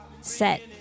set